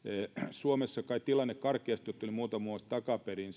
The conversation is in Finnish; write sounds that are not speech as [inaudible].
suomessa kai tilanne karkeasti ottaen oli muutama vuosi takaperin [unintelligible]